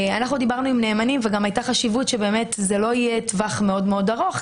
דיברנו עם נאמנים והייתה חשיבות שזה לא יהיה טווח מאוד ארוך,